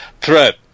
threat